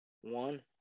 one